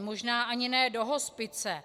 Možná ani ne do hospice.